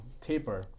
taper